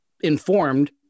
informed